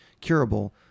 curable